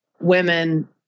women